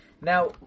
Now